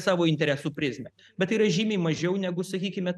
savo interesų prizmę bet yra žymiai mažiau negu sakykime